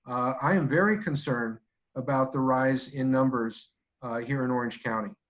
i am very concerned about the rise in numbers here in orange county.